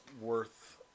worth